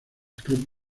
club